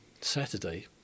Saturday